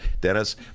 Dennis